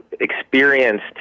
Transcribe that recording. experienced